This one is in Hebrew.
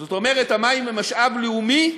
זאת אומרת, המים הם משאב לאומי.